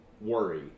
Worry